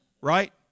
Right